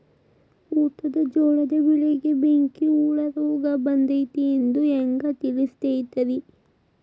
ಊಟದ ಜೋಳದ ಬೆಳೆಗೆ ಬೆಂಕಿ ಹುಳ ರೋಗ ಬಂದೈತಿ ಎಂದು ಹ್ಯಾಂಗ ತಿಳಿತೈತರೇ?